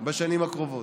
בשנים הקרובות.